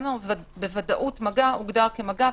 בוודאות מגע הוגדר כמגע,